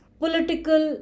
political